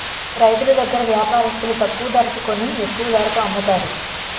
రైతులు దగ్గర వ్యాపారస్తులు తక్కువ ధరకి కొని ఎక్కువ ధరకు అమ్ముతారు